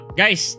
guys